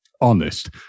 honest